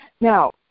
Now